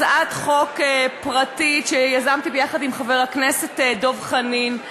הצעת חוק פרטית שיזמתי ביחד עם חבר הכנסת דב חנין,